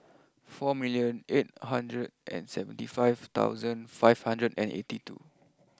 four million eight hundred and seventy five thousand five hundred and eighty two